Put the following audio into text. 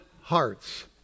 hearts